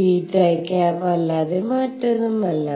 θ അല്ലാതെ മറ്റൊന്നുമല്ല